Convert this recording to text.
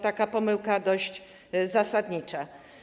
To pomyłka dość zasadnicza.